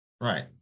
Right